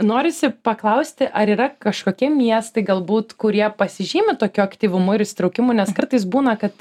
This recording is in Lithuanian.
norisi paklausti ar yra kažkokie miestai galbūt kurie pasižymi tokiu aktyvumu ir įsitraukimu nes kartais būna kad